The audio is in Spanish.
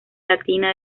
latina